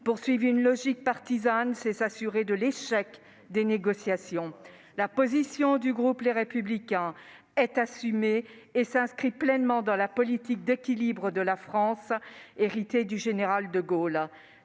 Poursuivre une logique partisane, c'est l'échec assuré des négociations. La position du groupe Les Républicains est assumée et s'inscrit pleinement dans la politique d'équilibre de la France, héritée du général de Gaulle.